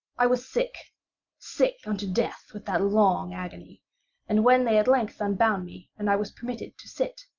i was sick sick unto death with that long agony and when they at length unbound me, and i was permitted to sit,